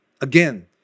Again